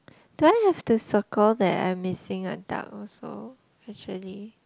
do I have to circle that I missing a duck also actually